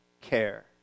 care